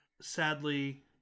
sadly